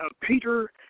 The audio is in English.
Peter